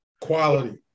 Quality